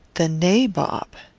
the nabob!